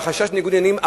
בחשש לניגוד עניינים,